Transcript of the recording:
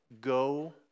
go